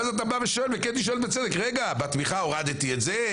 ואתה שואל וקטי שואלת בצדק, בתמיכה הורדתי את זה?